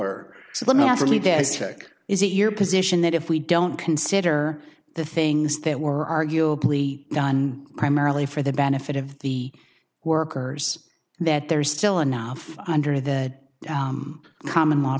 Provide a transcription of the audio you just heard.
desperate is it your position that if we don't consider the things that were arguably done primarily for the benefit of the workers and that there's still enough under the common law